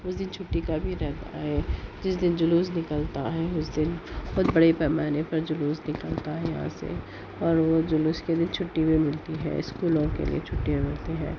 اُس دن چُھٹی کا بھی رہتا ہے جس دِن جلوس نکلتا ہے اُس دِن بہت بڑے پیمانے پر جلوس نکلتا ہے یہاں سے اور وہ جلوس کے لیے چُھٹی بھی ملتی ہے اسکولوں کے لیے چھٹیاں ملتی ہیں